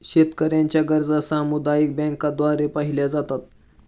शेतकऱ्यांच्या गरजा सामुदायिक बँकांद्वारे पाहिल्या जातात